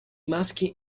maschi